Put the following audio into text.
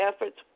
efforts